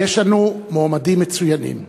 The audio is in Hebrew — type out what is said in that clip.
ויש לנו מועמדים מצוינים.